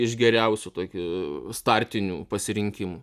iš geriausių tokių startinių pasirinkimų